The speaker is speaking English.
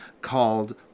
called